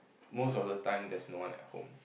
most of the time there's no one at home